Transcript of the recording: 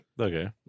Okay